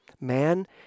Man